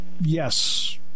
Yes